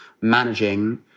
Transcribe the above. managing